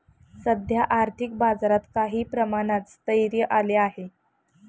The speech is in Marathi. सध्या आर्थिक बाजारात काही प्रमाणात स्थैर्य आले आहे